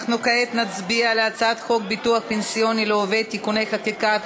אנחנו כעת נצביע על הצעת חוק ביטוח פנסיוני לעובד (תיקוני חקיקה),